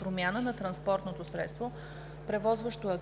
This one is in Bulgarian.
Промяна на транспортното средство, превозващо